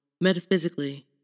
Metaphysically